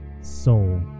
soul